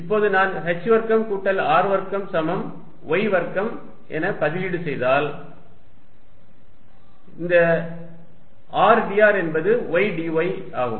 இப்போது நான் h வர்க்கம் கூட்டல் r வர்க்கம் சமம் y வர்க்கம் என பதிலீடு செய்தால் Fvertical2πσqh4π00Rrdrh2r232 h2r2y2 rdrydy எனவே அந்த rdr என்பது ydy